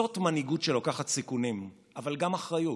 זאת מנהיגות שלוקחת סיכונים, אבל גם אחריות.